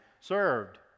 served